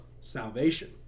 salvation